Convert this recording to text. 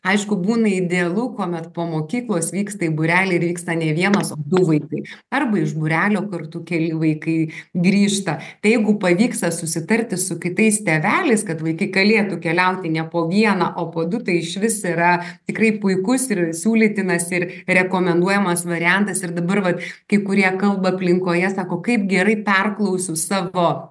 aišku būna idealu kuomet po mokyklos vyksta į būrelį ir vyksta ne vienas o du vaikai arba iš būrelio kartu keli vaikai grįžta tai jeigu pavyksta susitarti su kitais tėveliais kad vaikai galėtų keliauti ne po vieną o po du tai išvis yra tikrai puikus ir siūlytinas ir rekomenduojamas variantas ir dabar va kai kurie kalba aplinkoje sako kaip gerai perklausiu savo